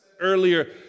earlier